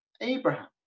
Abraham